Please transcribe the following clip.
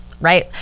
right